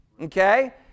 Okay